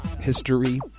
history